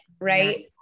Right